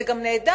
זה גם נהדר,